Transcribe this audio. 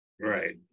Right